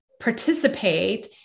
participate